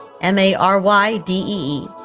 M-A-R-Y-D-E-E